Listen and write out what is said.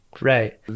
Right